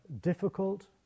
difficult